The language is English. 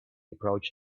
approached